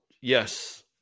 yes